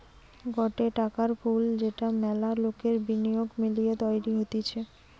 গটে টাকার পুল যেটা মেলা লোকের বিনিয়োগ মিলিয়ে তৈরী হতিছে